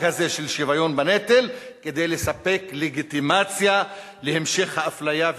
הזה של שוויון בנטל כדי לספק לגיטימציה להמשך האפליה,